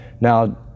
now